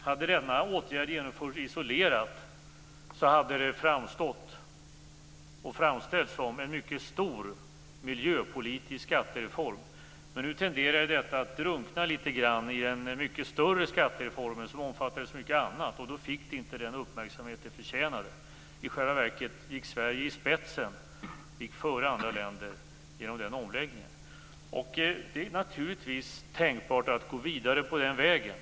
Hade denna åtgärd genomförts isolerad hade det framställts som en mycket stor miljöpolitisk skattereform, men nu tenderade den att drunkna i den mycket större skattereformen, som omfattade så mycket annat, och därför fick den inte den uppmärksamhet den hade förtjänat. I själva verket gick Sverige före andra länder genom den omläggningen. Det är naturligtvis tänkbart att gå vidare på den vägen.